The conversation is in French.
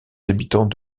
habitants